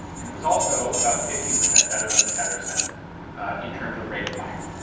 and it was also about fifteen percent better than the pedersen in terms of rate of fire.